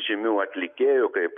žymių atlikėjų kaip